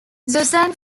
suzanne